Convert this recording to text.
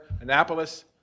Annapolis